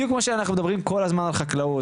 שאנחנו מדברים כל הזמן על חקלאות,